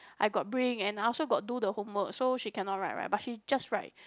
I got bring and I also got do the homework so she cannot write right but she just write